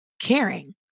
caring